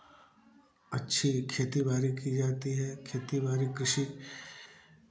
अच्छी खेती बारी की जाती है खेती बारी कृषि